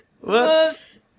Whoops